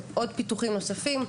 עוד פיתוחים נוספים.